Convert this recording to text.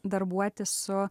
darbuotis su